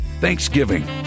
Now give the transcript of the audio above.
Thanksgiving